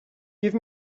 give